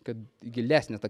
kad gilesnė ta